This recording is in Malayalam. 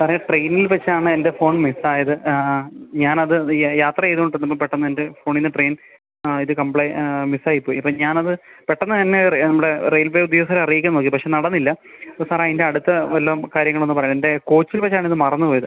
സാറേ ട്രെയിനിൽ വെച്ചാണ് എൻ്റെ ഫോൺ മിസ്സായത് ഞാനത് യാത്ര ചെയ്തോണ്ടിരുന്നപ്പോൾ പെട്ടെന്നെൻ്റെ ഫോണീന്ന് ട്രെയിൻ ആ ഇത് കംപ്ലയി മിസ്സായി പോയി ഇപ്പം ഞാനത് പെട്ടന്ന് തന്നെ നമ്മുടെ റെയിൽവേ ഉദ്യോഗസ്ഥരെ അറിയിക്കാൻ നോക്കി പക്ഷേ നടന്നില്ല അപ്പോൾ സാറേ അതിൻ്റടുത്ത വല്ലോം കാര്യങ്ങളൊന്ന് പറയമോ എൻ്റെ കോച്ചിൽ വച്ചാണിത് മറന്ന് പോയത്